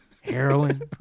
heroin